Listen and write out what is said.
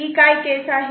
ही काय केस आहे